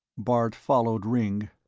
bart followed ringg.